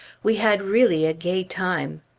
we had really a gay time.